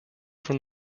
from